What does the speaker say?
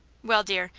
well, dear,